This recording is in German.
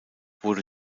wurde